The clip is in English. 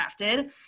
crafted